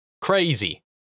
Crazy